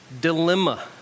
dilemma